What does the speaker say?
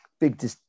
big